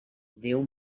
déu